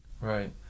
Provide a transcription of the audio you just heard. Right